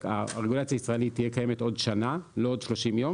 הרגולציה הישראלית תהיה קיימת עוד שנה ולא עוד 30 יום